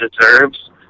deserves